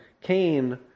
Cain